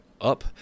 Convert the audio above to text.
up